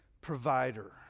provider